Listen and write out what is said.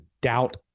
doubt